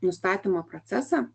nustatymo procesą